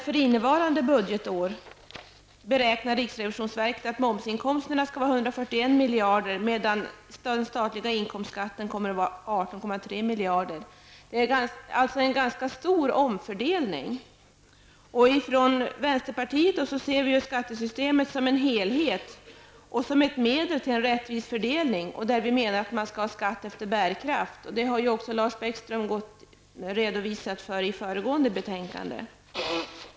För innevarande budgetår beräknar riksrevisionsverket att momsinkomsterna kommer att uppgå till 141 miljarder medan den statliga inkomstskatten beräknas till 18,3 miljarder. Det är alltså en ganska stor omfördelning. Vi i vänsterpartiet ser skattesystemet som en helhet och som ett medel för en rättvis fördelning. Vi vill att skatt skall tas efter bärkraft, något som Lars Bäckström redovisade i samband med behandlingen av föregående betänkande.